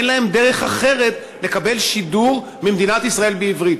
אין להם דרך אחרת לקבל שידור ממדינת ישראל בערבית.